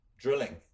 drilling